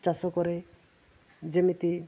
ଚାଷ କରେ ଯେମିତି